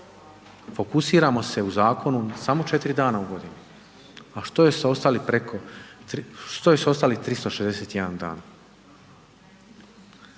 Fokusiramo se u zakonu samo 4 dana u godini, a što se s ostalih preko 361 dan?